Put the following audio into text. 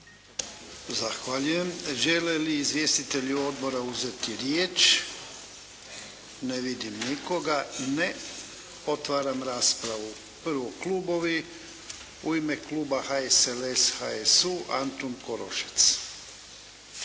Zahvaljujem. Žele li izvjestitelji Odbora uzeti riječ? Ne vidim nikoga. Ne. Otvaram raspravu. Prvo klubovi. U ime kluba HSLS-HSU Antun Korušec.